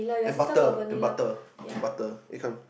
and butter and butter and butter if I'm